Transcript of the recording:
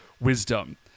wisdom